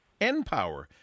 NPower